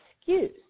excuse